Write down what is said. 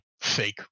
fake